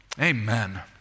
Amen